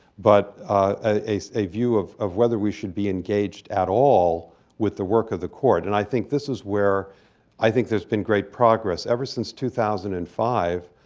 but a view of of whether we should be engaged at all with the work of the court. and i think this is where i think there's been great progress. ever since two thousand and five